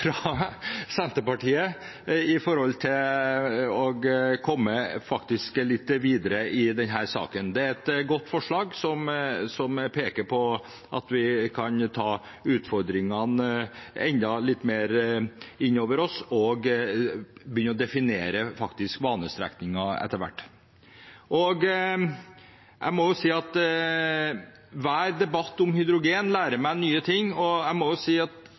er et godt forslag, som peker på at vi kan ta utfordringene enda litt mer inn over oss og begynne å definere banestrekninger etter hvert. Hver debatt om hydrogen lærer meg nye ting. Jeg må berømme dem som var i replikkordskiftet i dag. Det var et veldig godt replikkordskifte: miljøvektlegging fra tilbyderne, sikkerhet, infrastruktur, innovative løsninger – alt dette ble det spurt om. Og det var gode svar ut ifra at